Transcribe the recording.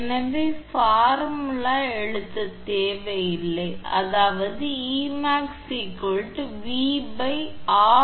எனவே பார்முலா இங்கே எழுதத் தேவையில்லை அதாவது 𝐸𝑚𝑎𝑥 𝑉